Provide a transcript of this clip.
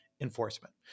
enforcement